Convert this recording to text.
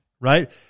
Right